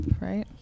Right